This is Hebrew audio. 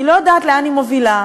היא לא יודעת לאן היא מובילה,